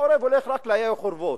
העורב הולך רק לעיי חורבות,